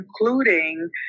including